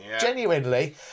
genuinely